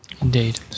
Indeed